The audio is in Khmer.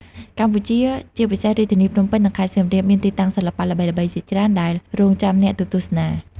កម្ពុជា ជាពិសេសរាជធានីភ្នំពេញ និងខេត្តសៀមរាប មានទីតាំងសិល្បៈល្បីៗជាច្រើនដែលរង់ចាំអ្នកទៅទស្សនា។